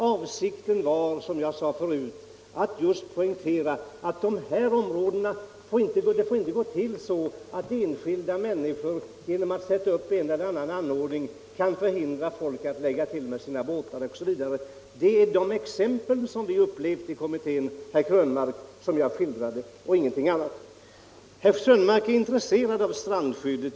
Avsikten var emellertid, som jag sade förut, just att poängtera att det inte får gå till så, att enskilda människor genom att sätta upp en eller annan anordning kan hindra folk att lägga till med sina båtar osv. Det var verkliga fall som vi har upplevt i kommittén jag gav exempel på, herr Krönmark, och ingenting annat. Herr Krönmark är intresserad av strandskyddet.